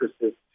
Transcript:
persist